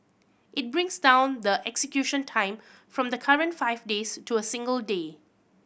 it brings down the execution time from the current five days to a single day